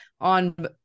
on